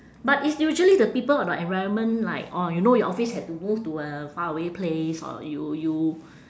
but it's usually the people or the environment like or you know your office had to move to a faraway place or you you